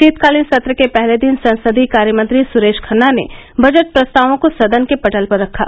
शोतकालीन सत्र के पहले दिन संसदीय कार्यमंत्री सुरेश खन्ना ने बजट प्रस्तावों को सदन के पटल पर रखा